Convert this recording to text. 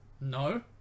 No